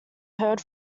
heard